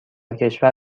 کشور